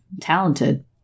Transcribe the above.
talented